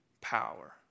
power